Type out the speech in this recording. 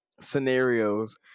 scenarios